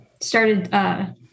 started